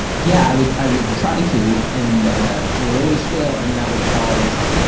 yeah, i would i would try to and ah would always fail, and that would cause, you